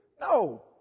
No